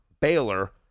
Baylor